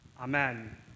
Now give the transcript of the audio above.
amen